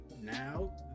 Now